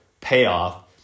payoff